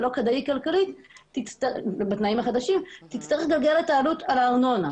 לא כדאי כלכלית בתנאים החדשים תצטרך לגלגל את העלות על הארנונה.